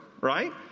Right